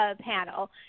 panel